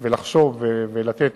ולחשוב ולתת